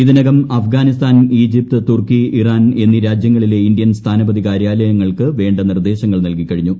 ഇതിനകം അഫ്ഗാനിസ്ഥാൻ ഈജിപ്ത് തുർക്കി ഇറാൻ എന്നീ രാജ്യങ്ങളിലെ ഇന്ത്യൻ സ്ഥാനപതി കാര്യാലയങ്ങൾക്ക് വേണ്ട നിർദ്ദേശങ്ങൾ നൽകി കഴിഞ്ഞു